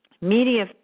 Media